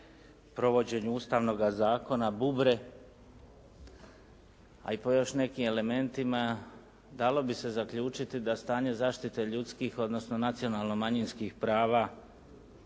provođenju Ustavnoga zakona bubre, a i po još nekim elementima dalo bi se zaključiti da stanje zaštite ljudskih, odnosno nacionalno manjinskih prava